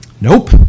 Nope